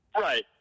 Right